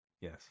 yes